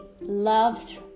loved